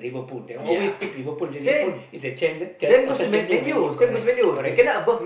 Liverpool they always pick Liverpool Liverpool if they change it tell you they can't change it many correct correct correct